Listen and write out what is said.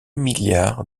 milliards